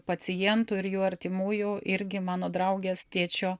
pacientų ir jų artimųjų irgi mano draugės tėčio